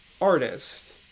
artist